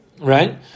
right